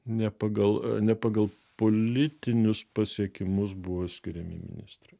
ne pagal ne pagal politinius pasiekimus buvo skiriami ministrai